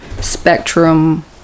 spectrum